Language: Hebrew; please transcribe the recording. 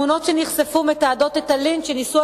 התמונות שנחשפו מתעדות את הלינץ' שניסו